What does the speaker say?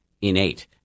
innate